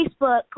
Facebook